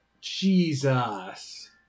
Jesus